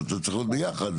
זה צריך להיות ביחד.